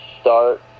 start